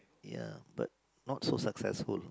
ya but not so successful